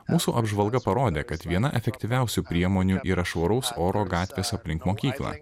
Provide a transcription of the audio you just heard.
mūsų apžvalga parodė kad viena efektyviausių priemonių yra švaraus oro gatvės aplink mokyklą